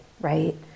right